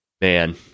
Man